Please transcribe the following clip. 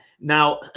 Now